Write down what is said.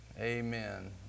Amen